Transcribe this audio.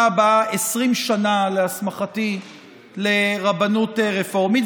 הבאה 20 שנה להסמכתי לרבנות רפורמית,